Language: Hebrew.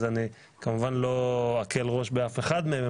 אני כמובן לא אקל ראש באף אחד מהם.